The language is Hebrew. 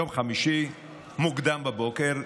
יום חמישי, מוקדם בבוקר.